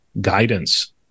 guidance